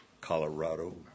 Colorado